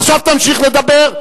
עכשיו תמשיך לדבר.